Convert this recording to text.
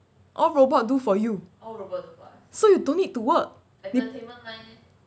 all robots do for you so you don't need to work